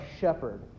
shepherd